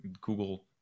google